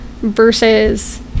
versus